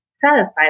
satisfied